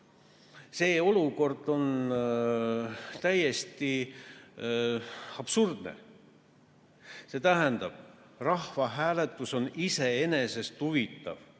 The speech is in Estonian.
See olukord on täiesti absurdne. See tähendab, et rahvahääletus on iseenesest huvitav